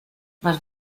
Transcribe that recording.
más